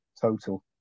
total